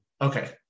Okay